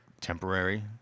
temporary